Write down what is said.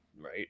right